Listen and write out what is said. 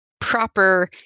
proper